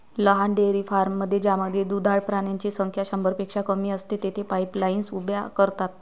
लहान डेअरी फार्ममध्ये ज्यामध्ये दुधाळ प्राण्यांची संख्या शंभरपेक्षा कमी असते, तेथे पाईपलाईन्स उभ्या करतात